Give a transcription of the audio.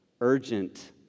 urgent